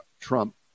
Trump